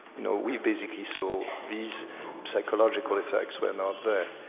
you know we basically saw these psychological effects were not there.